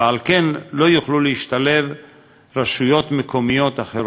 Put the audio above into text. ועל כן לא יוכלו להשתלב רשויות מקומיות אחרות.